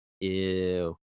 Ew